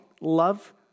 love